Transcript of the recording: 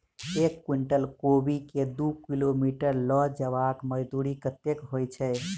एक कुनटल कोबी केँ दु किलोमीटर लऽ जेबाक मजदूरी कत्ते होइ छै?